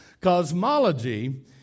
Cosmology